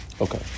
Okay